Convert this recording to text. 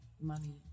money